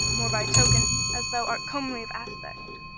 more by token as thou art comely of aspect.